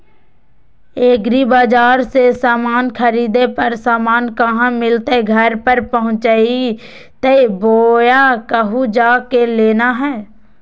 एग्रीबाजार से समान खरीदे पर समान कहा मिलतैय घर पर पहुँचतई बोया कहु जा के लेना है?